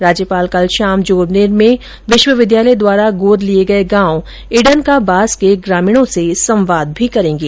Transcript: राज्यपाल कल शाम जोबनेर में विश्वविद्यालय द्वारा गोद लिए गये गांव इडन का बास के ग्रामीणों से संवाद भी करेंगे